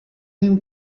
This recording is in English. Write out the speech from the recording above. him